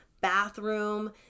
bathroom